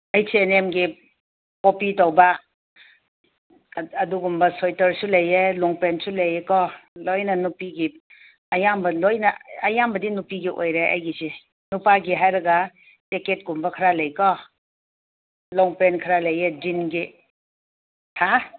ꯍꯩꯁ and ꯑꯦꯝꯒꯤ copy ꯇꯧꯕ ꯑꯗꯨꯒꯨꯝꯕ ꯁ꯭ꯋꯦꯇꯔꯁꯨ ꯂꯩꯌꯦ ꯂꯣꯡ ꯄꯦꯟꯁꯨ ꯂꯩꯌꯦꯀꯣ ꯂꯣꯏꯅ ꯅꯨꯄꯤꯒꯤ ꯑꯌꯥꯝꯕ ꯂꯣꯏꯅ ꯑꯌꯥꯝꯕꯗꯤ ꯅꯨꯄꯤꯒꯤ ꯑꯣꯏꯔꯦ ꯑꯩꯒꯤꯁꯤ ꯅꯨꯄꯥꯒꯤ ꯍꯥꯏꯔꯒ ꯖꯦꯛꯀꯦꯠꯀꯨꯝꯕ ꯈꯔ ꯂꯩꯀꯣ ꯂꯣꯡ ꯄꯦꯟ ꯈꯔ ꯂꯩꯌꯦ ꯖꯤꯟꯒꯤ ꯍꯥ